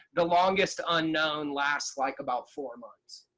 the longest unknown lasts like about four months.